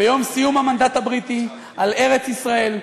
ביום סיום המנדט הבריטי על ארץ-ישראל,